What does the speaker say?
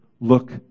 look